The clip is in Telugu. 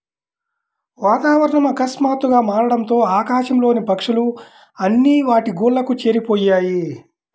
వాతావరణం ఆకస్మాతుగ్గా మారడంతో ఆకాశం లోని పక్షులు అన్ని వాటి గూళ్లకు చేరిపొయ్యాయి